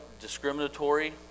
discriminatory